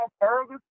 further